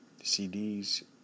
CDs